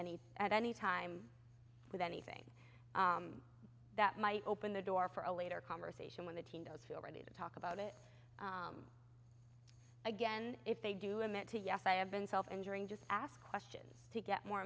any at any time with anything that might open the door for a later conversation when the team don't feel ready to talk about it again if they do admit to yes i have been self injuring just ask questions to get more